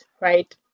right